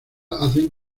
hacen